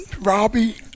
Robbie